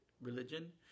religion